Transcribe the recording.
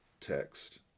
text